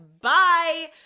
bye